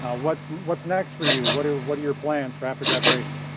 ah what's what's next for you? what are what are your plans for after graduation?